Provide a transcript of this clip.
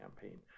campaign